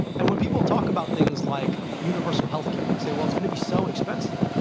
and when people talk about things like universal health care, they say, well, it's going to be so expensive.